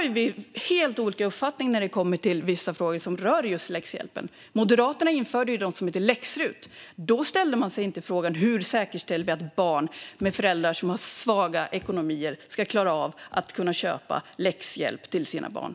Vi har helt olika uppfattningar när det kommer till vissa frågor som rör just läxhjälpen. Moderaterna införde något som hette läxrut. Då ställde man sig inte frågan: Hur säkerställer vi att föräldrar som har svag ekonomi kan köpa läxhjälp till sina barn?